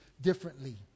differently